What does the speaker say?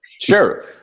Sure